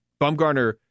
Bumgarner